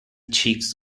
cheeks